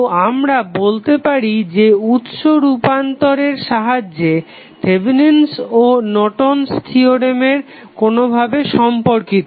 তো আমরা বলতে পারি যে উৎস রুপান্তরের সাহায্যে থেভেনিন'স ও Norton's theorem Thevenin and Nortons theorem কোনোভাবে সম্পর্কিত